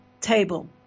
table